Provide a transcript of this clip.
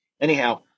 Anyhow